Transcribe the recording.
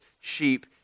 sheep